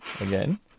again